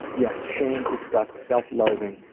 yes, shame, disgust, self-loathing,